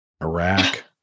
Iraq